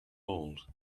old